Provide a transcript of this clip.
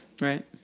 Right